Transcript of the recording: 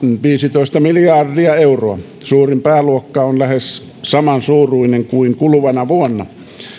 viisitoista miljardia euroa suurin pääluokka on lähes samansuuruinen kuin kuluvana vuonna